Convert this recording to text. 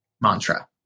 mantra